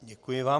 Děkuji vám.